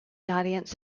audience